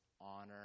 Honor